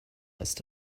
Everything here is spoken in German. ist